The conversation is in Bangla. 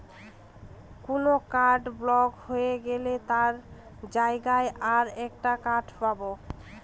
কোন কার্ড ব্লক হয়ে গেলে তার জায়গায় আর একটা কার্ড পাবো